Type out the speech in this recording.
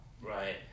Right